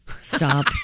stop